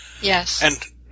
Yes